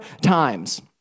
times